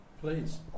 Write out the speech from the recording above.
Please